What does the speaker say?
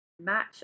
match